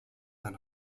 and